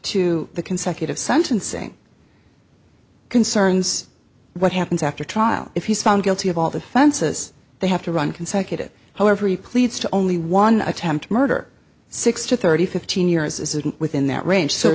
to the consecutive sentencing concerns what happens after trial if he's found guilty of all the fences they have to run consecutive however he pleads to only one attempted murder six to thirty fifteen years isn't within that range so